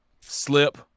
slip